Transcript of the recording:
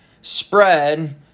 spread